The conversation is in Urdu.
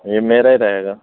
جی میرا ہی رہے گا